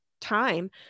time